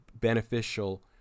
beneficial